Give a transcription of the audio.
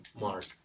mark